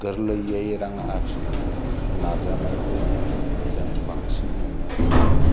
गोरलैयै रां आरजिनो नाजानायखौ जों बांसिन नुनो हमबाय